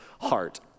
heart